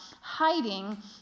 hiding